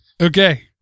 Okay